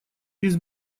без